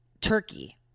Turkey